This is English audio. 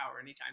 anytime